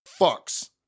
fucks